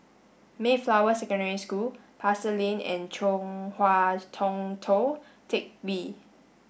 Mayflower Secondary School Pasar Lane and Chong Hua Tong Tou Teck Hwee